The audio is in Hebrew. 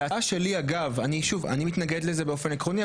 אני מתנגד לזה באופן עקרוני,